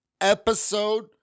Episode